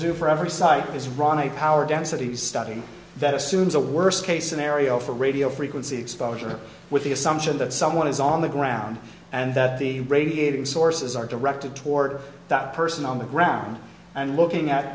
do for every site is run a power density study that assumes a worst case scenario for radio frequency exposure with the assumption that someone is on the ground and that the radiating sources are directed toward that person on the ground and looking at